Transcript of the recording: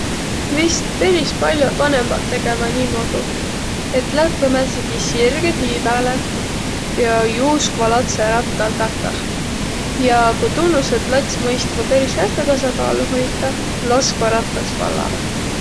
Vist peris pall'oq vanõmbaq tegeväq niimuudu, et lätväq määntsegi sirgõ tii pääle ja juuskvaq latsõ rattal takah, ja ku tunnus, et lats mõist joba peris häste tasakaalu hoitaq, laskvaq rattast vallalõ.